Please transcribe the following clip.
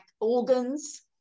organs